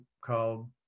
called